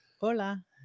Hola